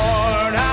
Lord